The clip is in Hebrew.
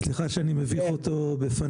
סליחה שאני מביך אותו בפניו,